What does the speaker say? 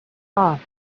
off